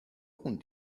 own